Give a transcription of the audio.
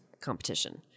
competition